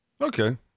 Okay